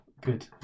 Good